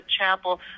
Chapel